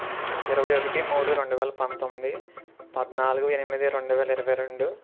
ఇరవై ఒకటి మూడు రెండు వేల పంతొమ్మిది పద్నాలుగు ఎనిమిది రెండు వేల ఇరవై రెండు